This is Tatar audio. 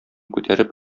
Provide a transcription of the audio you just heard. күтәреп